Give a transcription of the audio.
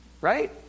Right